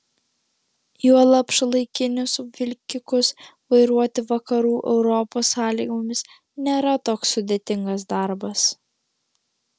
juolab šiuolaikinius vilkikus vairuoti vakarų europos sąlygomis nėra toks sudėtingas darbas